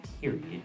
period